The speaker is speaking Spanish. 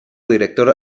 director